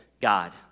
God